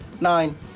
Nine